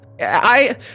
I-